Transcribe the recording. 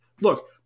look